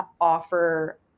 offer